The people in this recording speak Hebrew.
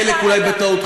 חלק אולי בטעות,